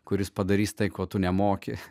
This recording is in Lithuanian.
kuris padarys tai ko tu nemoki